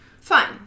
fine